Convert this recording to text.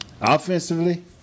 Offensively